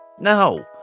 No